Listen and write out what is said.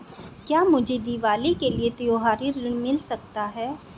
क्या मुझे दीवाली के लिए त्यौहारी ऋण मिल सकता है?